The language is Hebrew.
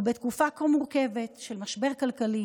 בתקופה כה מורכבת של משבר כלכלי,